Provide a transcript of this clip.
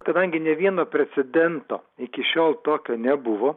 kadangi ne vieno precedento iki šiol tokio nebuvo